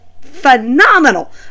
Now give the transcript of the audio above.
phenomenal